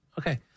Okay